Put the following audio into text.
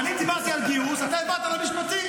אני דיברתי על גיוס, אתה העברת למשפטי.